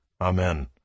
Amen